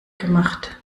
gemacht